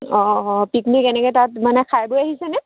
অঁ অঁ পিকনিক এনেকৈ তাত মানে খাই বৈ আহিছেনে